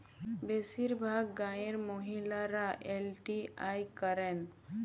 বেশিরভাগ গাঁয়ের মহিলারা এল.টি.আই করেন